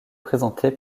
présentée